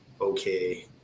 okay